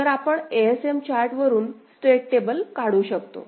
तर आपण ASM chart वरून स्टेट टेबल काढू शकतो